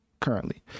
currently